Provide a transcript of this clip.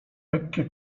lekkie